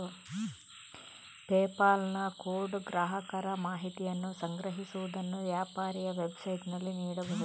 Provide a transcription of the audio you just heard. PayPal ನ code ಗ್ರಾಹಕರ ಮಾಹಿತಿಯನ್ನು ಸಂಗ್ರಹಿಸುವುದನ್ನು ವ್ಯಾಪಾರಿಯ ವೆಬ್ಸೈಟಿನಲ್ಲಿ ನೀಡಬಹುದು